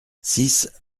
six